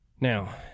Now